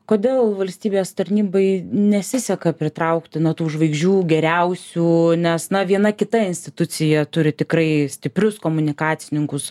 kodėl valstybės tarnybai nesiseka pritraukti na tų žvaigždžių geriausių nes na viena kita institucija turi tikrai stiprius komunikacininkus